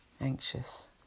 anxious